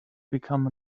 become